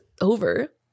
over